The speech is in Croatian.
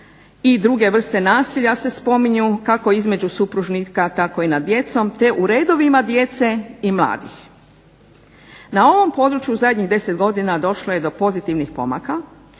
i druge vrste nasilja se spominju kako između supružnika tako i nad djecom te u redovima djece i mladih. Na ovom području u zadnjih 10 godina došlo je do pozitivnih pomaka,